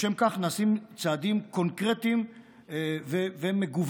לשם כך נעשים צעדים קונקרטיים ומגוונים,